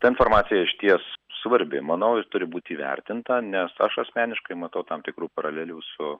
ta informacija išties svarbi manau ir turi būti įvertinta nes aš asmeniškai matau tam tikrų paralelių su